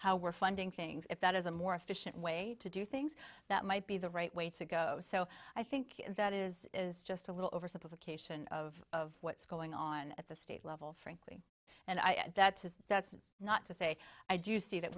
how we're funding things if that is a more efficient way to do things that might be the right way to go so i think that is is just a little oversimplification of what's going on at the state level frankly and i think that that's not to say i do see that